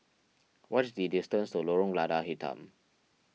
what is the distance to Lorong Lada Hitam